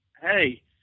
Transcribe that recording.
hey